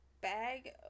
bag